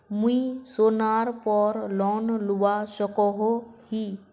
मुई सोनार पोर लोन लुबा सकोहो ही?